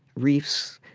reefs,